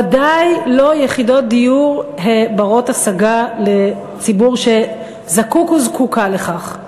ודאי לא יחידות דיור בנות-השגה לציבור שזקוק או זקוקה לכך.